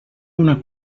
una